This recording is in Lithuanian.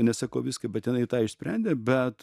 nesakau viską bet jinai tą išsprendė bet